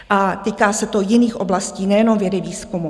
A týká se to i jiných oblastí, nejenom vědy, výzkumu.